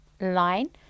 line